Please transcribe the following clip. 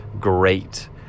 great